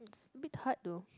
bits bit hard though